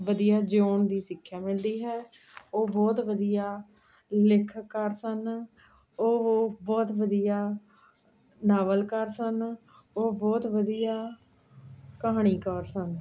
ਵਧੀਆ ਜਿਉਣ ਦੀ ਸਿੱਖਿਆ ਮਿਲਦੀ ਹੈ ਉਹ ਬਹੁਤ ਵਧੀਆ ਲੇਖਕਕਾਰ ਸਨ ਉਹ ਬਹੁਤ ਵਧੀਆ ਨਾਵਲਕਾਰ ਸਨ ਉਹ ਬਹੁਤ ਵਧੀਆ ਕਹਾਣੀਕਾਰ ਸਨ